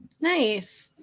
Nice